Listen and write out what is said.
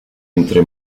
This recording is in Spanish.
entre